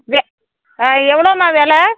வெ ஆ எவ்வளோமா வெலை